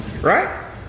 Right